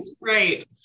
right